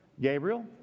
Gabriel